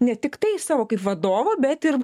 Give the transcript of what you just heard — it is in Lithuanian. ne tiktai savo kaip vadovo bet ir